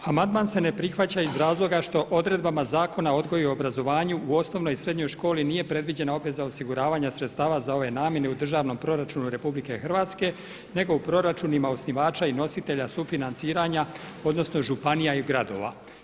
Amandman se ne prihvaća iz razloga što odredbama Zakona o odgoju i obrazovanju u osnovnoj i srednjoj školi nije predviđena obveza osiguravanja sredstava za ove namjene u državnom proračunu RH nego u proračunima osnivača i nositelja sufinanciranja odnosno županija i gradova.